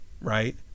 right